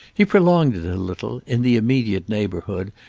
he prolonged it a little, in the immediate neighbourhood,